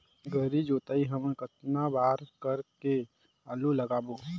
गहरी जोताई हमन कतना बार कर के आलू लगाबो?